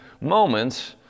moments